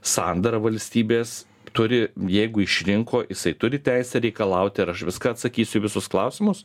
sandara valstybės turi jeigu išrinko jisai turi teisę reikalauti ar aš viską atsakysiu visus klausimus